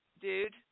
dude